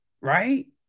Right